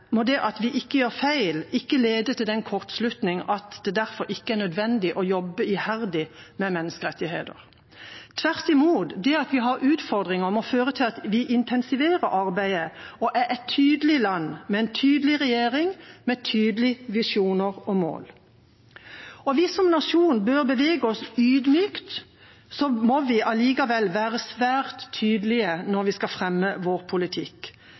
må det at vi ikke gjør feil, ikke lede til den kortslutning at det derfor ikke er nødvendig å jobbe iherdig med menneskerettigheter. Tvert imot må det at vi har utfordringer, føre til at vi intensiverer arbeidet og er et tydelig land, med en tydelig regjering med tydelige visjoner og mål. Selv om vi som nasjon bør bevege oss ydmykt, må vi likevel være svært tydelige når vi skal fremme vår politikk.